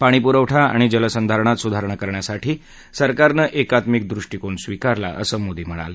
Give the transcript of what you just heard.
पाणीपुरवठा आणि जलसंधारणात सुधारणा करण्यासाठी सरकारनं एकात्मिक द्वृष्टीकोन स्वीकारला असं मोदी म्हणाले